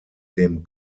dem